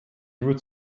nur